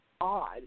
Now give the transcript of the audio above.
odd